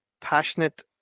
Passionate